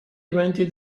rented